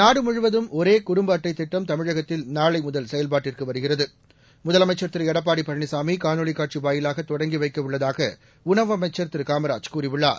நாடு முழுவதும் ஒரே குடும்ப அட்ளட திட்டம் தமிழகத்தில் நாளை முதல் செயல்பாட்டிற்கு வருகிறது முதலமைச்சா் திரு எடப்பாடி பழனிசாமி காணொலி காட்சி வாயிலாக தொடங்கி வைக்க உள்ளதாக உணவு அமைச்ச் திரு னமராஜ் கூழியுள்ளார்